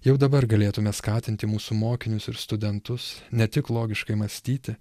jau dabar galėtume skatinti mūsų mokinius ir studentus ne tik logiškai mąstyti